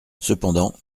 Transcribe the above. cependant